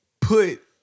put